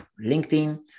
LinkedIn